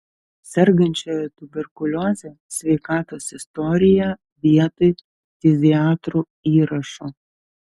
sergančiojo tuberkulioze sveikatos istoriją vietoj ftiziatrų įrašų